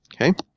Okay